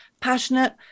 passionate